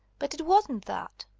but it wasn't that.